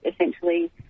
essentially